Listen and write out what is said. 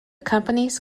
companies